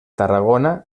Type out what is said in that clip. tarragona